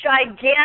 gigantic